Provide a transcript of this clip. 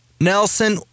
Nelson